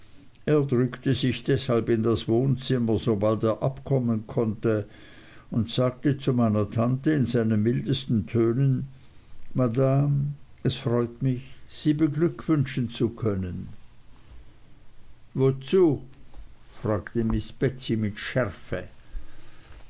er drückte sich deshalb in das wohnzimmer sobald er abkommen konnte und sagte zu meiner tante in seinen mildesten tönen madame es freut mich sie beglückwünschen zu können wozu fragte miß betsey mit schärfe